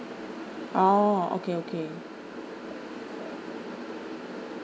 oh okay okay